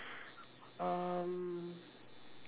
um